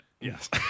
Yes